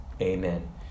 Amen